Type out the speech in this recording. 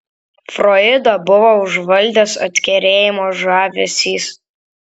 froidą buvo užvaldęs atkerėjimo žavesys